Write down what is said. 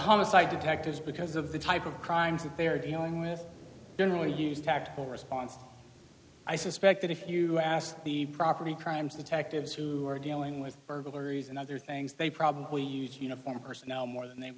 homicide detectives because of the type of crimes that they are dealing with generally use tactical response i suspect that if you ask the property crimes detectives who are dealing with burglaries and other things they probably use uniformed personnel more than they